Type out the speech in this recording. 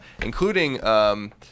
including